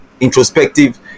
introspective